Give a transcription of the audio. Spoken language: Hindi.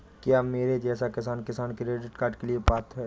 क्या मेरे जैसा किसान किसान क्रेडिट कार्ड के लिए पात्र है?